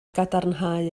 gadarnhau